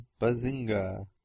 Bazinga